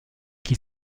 qui